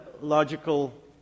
logical